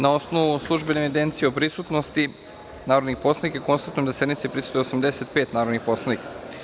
Na osnovu službene evidencije o prisutnosti narodnih poslanika, konstatujem da sednici prisustvuje 85 narodnih poslanika.